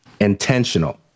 intentional